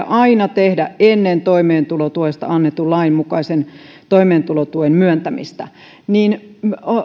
aina tehdä ennen toimeentulotuesta annetun lain mukaisen toimeentulotuen myöntämistä